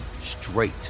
straight